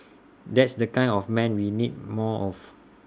that's the kind of man we need more of